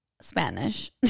Spanish